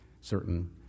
certain